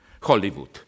Hollywood